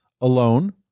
alone